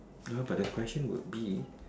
ya but that question would be